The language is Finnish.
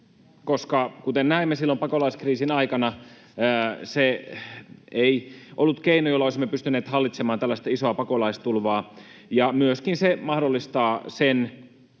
koska, kuten näimme silloin pakolaiskriisin aikana, se ei ollut keino, jolla olisimme pystyneet hallitsemaan tällaista isoa pakolaistulvaa, ja myöskin se mahdollistaa sen,